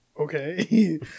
Okay